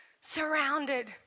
surrounded